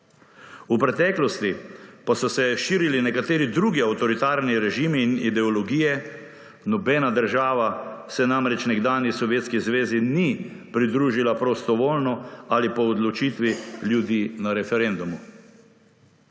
V preteklosti pa so se širili nekateri drugi avtoritarni režimi in ideologije, nobena država se namreč nekdanji Sovjetski zvezi ni pridružila prostovoljno ali po odločitvi ljudi na referendumu.